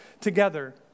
together